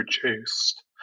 produced